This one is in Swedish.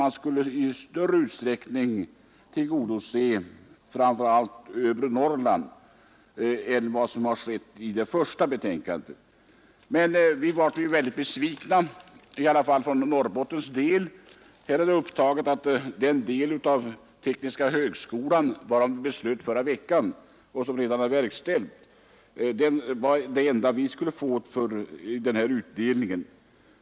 Man skulle tillgodose framför allt övre Norrland i större utsträckning än vad som skett i det första betänkandet. Men jag blev väldigt besviken, i varje fall för Norrbottens del. Här står att den del av tekniska högskolan varom vi förra veckan fattade beslut, som redan har verkställts, var det enda vi skulle få i den här utdelningen.